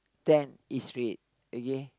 ten is red okay